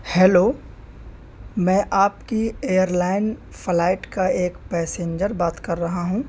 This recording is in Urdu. ہیلو میں آپ کی ایئر لائن فلائٹ کا ایک پیسنجر بات کر رہا ہوں